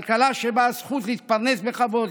כלכלה שבה הזכות להתפרנס בכבוד,